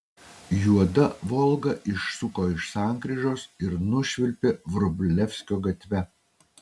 juoda volga išsuko iš sankryžos ir nušvilpė vrublevskio gatve